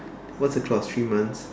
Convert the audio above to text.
what's the clause three months